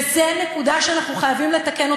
וזו נקודה שאנחנו חייבים לתקן.